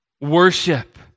Worship